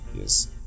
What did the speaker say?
yes